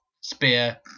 spear